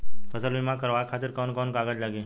फसल बीमा करावे खातिर कवन कवन कागज लगी?